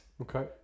Okay